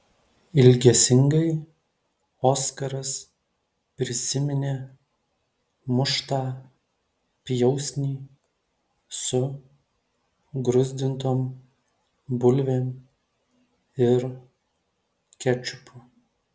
ilgesingai oskaras prisiminė muštą pjausnį su gruzdintom bulvėm ir kečupu